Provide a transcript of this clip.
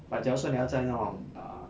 but 假如说你要在那种 err